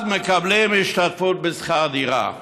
אז מקבלים השתתפות בשכר דירה.